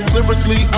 Lyrically